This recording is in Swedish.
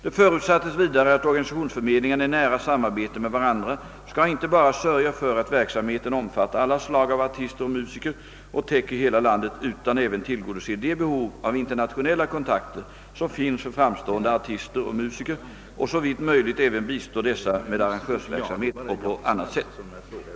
Det förutsattes vidare att organisationsförmedlingarna i nära samarbete med varandra skall inte bara sörja för att verksamheten omfattar alla slag av artister och musiker och täcker hela landet utan även tillgodose de behov av internationella kontakter, som finns för framstående artister och musiker, och såvitt möjligt även bistå dessa med arrangörsverksamhet och på annat sätt.